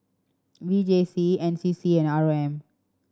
V J C N C C and R O M